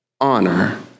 honor